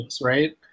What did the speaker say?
right